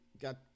got